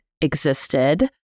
existed